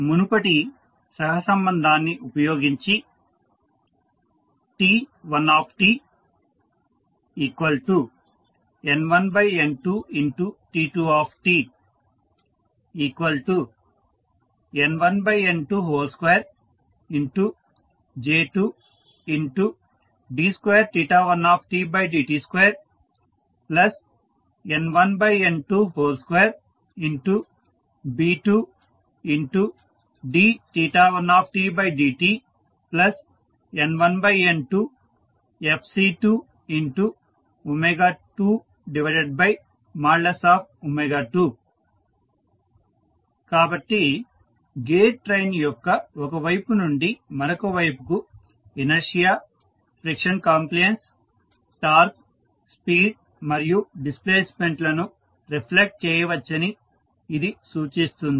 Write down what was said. మునుపటి సహసంబంధాన్ని ఉపయోగించి T1tN1N2T2tN1N22J2d21dt2N1N22B2d1dtN1N2Fc222 కాబట్టి గేర్ ట్రైన్ యొక్క ఒక వైపు నుండి మరొక వైపుకు inertia friction compliance torque speed మరియు డిస్ప్లేస్మెంట్ లను రిఫ్లెక్ట్ చేయవచ్చని ఇది సూచిస్తుంది